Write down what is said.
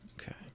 Okay